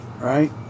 right